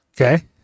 okay